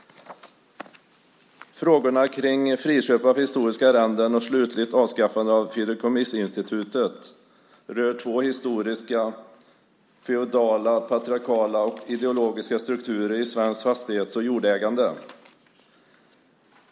Frågorna om friköp av historiska arrenden och slutligt avskaffande av fideikommissinstitutet rör två historiska, feodala, patriarkala och ideologiska strukturer i svenskt fastighets och jordägande.